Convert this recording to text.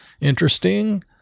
interesting